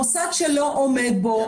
מוסד שלא עומד בהן,